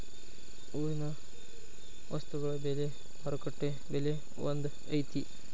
ಊರಿನ ವಸ್ತುಗಳ ಬೆಲೆ ಮಾರುಕಟ್ಟೆ ಬೆಲೆ ಒಂದ್ ಐತಿ?